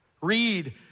Read